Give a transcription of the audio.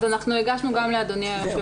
אז אנחנו הגשנו גם לאדוני היו"ר תכנית